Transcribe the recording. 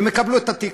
הם יקבלו את התיק.